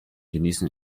genießen